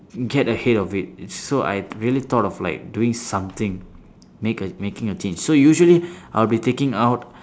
get ahead of it so I really thought of like doing something make a making a change so usually I'll be taking out